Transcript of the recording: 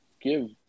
give